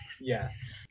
Yes